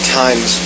times